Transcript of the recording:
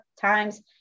times